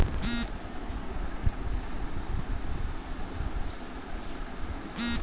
मेंहा आज हमर गाँव के पोठलगहा किसान के घर बइठे हँव ऐ किसान के खेती करे के तरीका जोरलगहा हावय